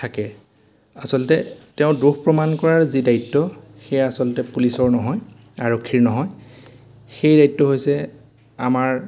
থাকে আচলতে তেওঁ দোষ প্ৰমাণ কৰাৰ যি দায়িত্ব সেয়া আচলতে পুলিচৰ নহয় আৰক্ষীৰ নহয় সেই দায়িত্ব হৈছে আমাৰ